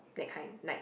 that kind like